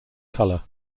color